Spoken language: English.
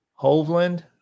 Hovland